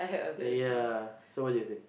ya so what do you think